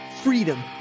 freedom